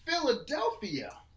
philadelphia